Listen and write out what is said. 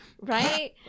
right